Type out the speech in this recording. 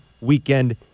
weekend